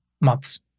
months